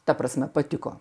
ta prasme patiko